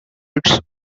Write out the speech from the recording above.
its